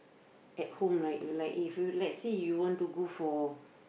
at home right like if you lets say you wanna go for